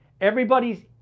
Everybody's